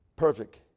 perfect